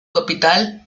capital